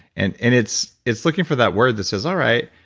and and it's it's looking for that word that says, all right.